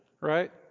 right